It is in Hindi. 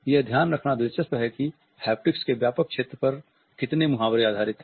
यह ध्यान रखना दिलचस्प है कि हैप्टिक्स के व्यापक क्षेत्र पर कितने मुहावरे आधारित हैं